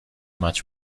much